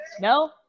No